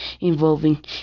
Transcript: involving